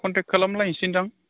contact खालामलायनोसै दां